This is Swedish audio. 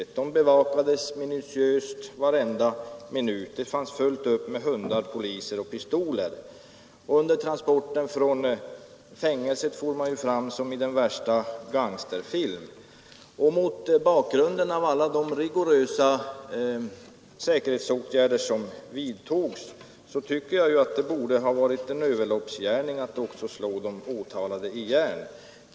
De åtalade bevakades minutiöst varenda minut — det fanns fullt med hundar, poliser och pistoler, och under transporten från fängelset for man fram som i den värsta gangsterfilm. Mot bakgrunden av alla de rigorösa säkerhetsåtgärder som vidtogs tycker jag att det borde ha varit en överloppsgärning att också slå de åtalade i järn.